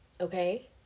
Okay